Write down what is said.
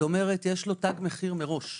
כלומר יש לו תג מחיר מראש.